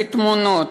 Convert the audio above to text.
ותמונות,